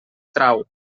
trau